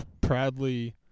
proudly